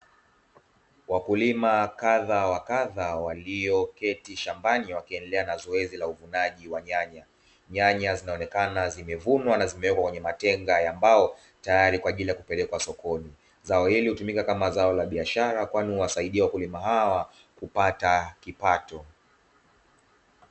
Wakulima kadhaa wa kadhaa walioketi shambani wakiendelea na zoezi la uvunaji wa nyanya. Nyanya zinaonekana zimevunwa zao hili hutumika kama zao la biashara kwani huwasidia wakulima hawa kupata kipato.